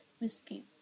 Whiskey